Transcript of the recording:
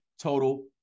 total